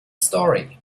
story